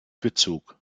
bezug